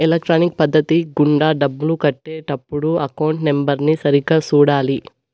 electronic పద్ధతి గుండా డబ్బులు కట్టే టప్పుడు అకౌంట్ నెంబర్ని సరిగ్గా సూడాలి